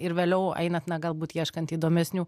ir vėliau einant na galbūt ieškant įdomesnių